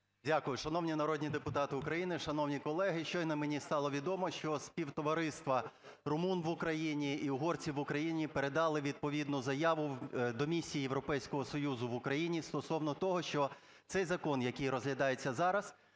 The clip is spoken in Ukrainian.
Дякую. Шановні народні депутати України шановні колеги! Щойно мені стало відомо, що співтовариства румун в Україні і угорців в Україні передали відповідну заяву до Місії Європейського Союзу в Україні стосовно того, що цей закон, який розглядається зараз,